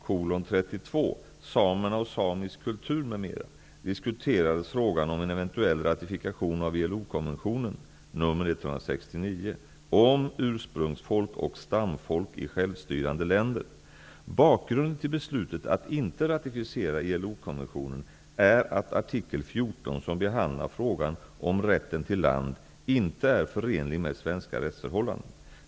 konventionen om ursprungsfolk och stamfolk i självstyrande länder. Bakgrunden till beslutet att inte ratificera ILO-konventionen är att artikel 14 som behandlar frågan om rätten till land inte är förenlig med svenska rättsförhållanden.